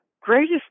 greatest